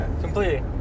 completely